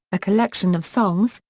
a collection of songs,